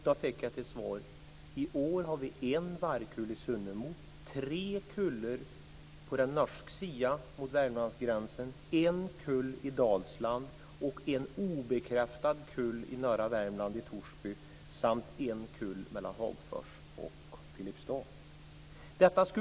Då fick jag till svar att det i år finns en vargkull i Sunnemo, tre kullar på den norska sidan mot Värmlandsgränsen, en kull i Dalsland och en obekräftad kull i norra Värmland, i Torsby, samt en kull mellan Hagfors och Filipstad.